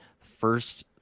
First